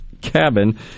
Cabin